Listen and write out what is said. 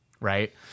right